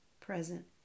present